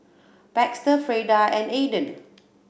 Baxter Freda and Aaden